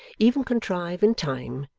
even contrive, in time,